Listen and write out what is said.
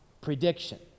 Prediction